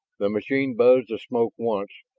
the machine buzzed the smoke once,